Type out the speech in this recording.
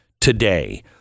today